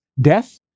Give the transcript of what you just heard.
death